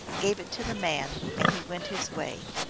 gave it to the man, and he went his way.